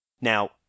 Now